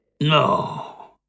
No